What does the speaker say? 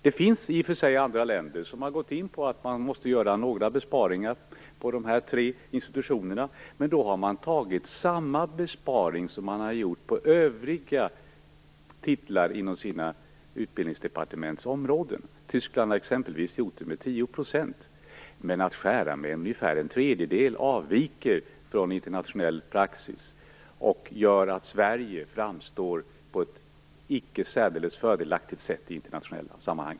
Det finns i och för sig andra länder som måste göra besparingar på de här tre institutionerna, men då har man gjort samma besparing som på övriga titlar inom sina utbildningsdepartements områden. Tyskland har exempelvis valt 10 %. Men att skära ned med ungefär en tredjedel avviker från internationell praxis och gör att Sverige framstår på ett icke särdeles fördelaktigt sätt i internationella sammanhang.